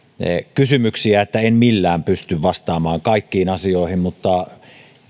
kysymyksiä että en millään pysty vastaamaan kaikkiin asioihin mutta